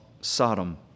Sodom